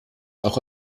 auch